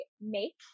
make